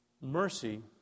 Mercy